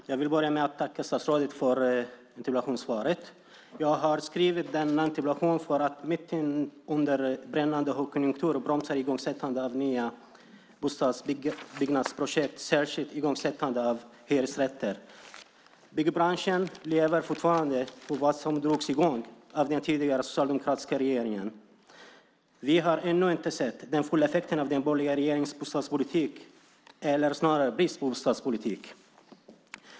Herr talman! Jag vill börja med att tacka statsrådet för interpellationssvaret. Jag har skrivit denna interpellation för att man mitt under brinnande högkonjunktur bromsar igångsättandet av nya bostadsbyggnadsprojekt, särskilt hyresrätter. Byggbranschen lever fortfarande på vad som drogs i gång av den tidigare, socialdemokratiska regeringen. Vi har ännu inte sett den fulla effekten av den borgerliga regeringens bostadspolitik, eller snarare brist på bostadspolitik.